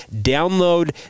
download